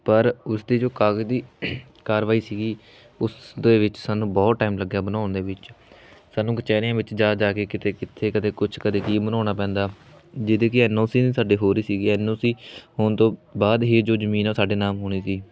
ਪਰ ਉਸਦੇ ਜੋ ਕਾਗਜ਼ ਦੀ ਕਾਰਵਾਈ ਸੀਗੀ ਉਸ ਦੇ ਵਿੱਚ ਸਾਨੂੰ ਬਹੁਤ ਟਾਈਮ ਲੱਗਿਆ ਬਣਾਉਣ ਦੇ ਵਿੱਚ ਸਾਨੂੰ ਕਚਹਿਰੀਆਂ ਵਿੱਚ ਜਾ ਜਾ ਕੇ ਕਿਤੇ ਕਿੱਥੇ ਕਦੇ ਕੁਛ ਕਦੇ ਕੀ ਬਣਾਉਣਾ ਪੈਂਦਾ ਜਿਹਦੇ ਕਿ ਐੱਨ ਓ ਸੀ ਸਾਡੇ ਹੋ ਰਹੀ ਸੀਗੀ ਐੱਨ ਓ ਸੀ ਹੋਣ ਤੋਂ ਬਾਅਦ ਹੀ ਜੋ ਜ਼ਮੀਨ ਆ ਸਾਡੇ ਨਾਮ ਹੋਣੀ ਸੀ